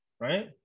Right